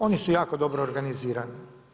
Oni su jako dobro organizirani.